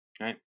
Right